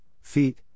feet